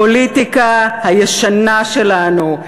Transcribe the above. הפוליטיקה הישנה שלנו,